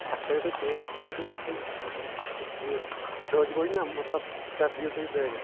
اَتھ کٔرِو تُہۍ کٲم اَتھ تھٲیِو تُہۍ پٮ۪ٹھٕ یہِ دٔج ؤج نا مطلب پٮ۪ٹھٕ دِیِو تُہۍ دٲرِتھ